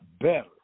better